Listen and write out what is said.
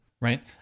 Right